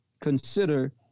consider